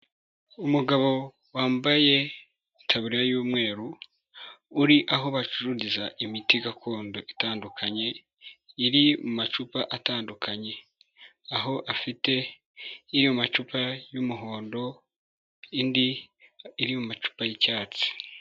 Umugabo wambaye itaburiya y'umweru uri aho bacururiza imiti gakondo itandukanye iri mu macupa atandukanye, aho afite iri mu macupa y'umuhondo indi iri mu macupa y'icyatsi.